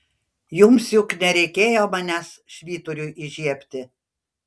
jums juk nereikėjo manęs švyturiui įžiebti